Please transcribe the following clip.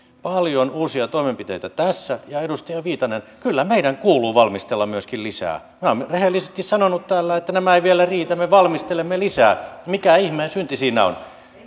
paljon uusia toimenpiteitä tässä ja edustaja viitanen kyllä meidän kuuluu valmistella myöskin lisää minä olen rehellisesti sanonut täällä että nämä eivät vielä riitä me valmistelemme lisää mikä ihmeen synti siinä on